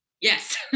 Yes